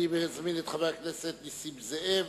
אני מזמין את חבר הכנסת נסים זאב,